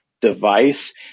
device